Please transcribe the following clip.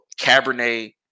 cabernet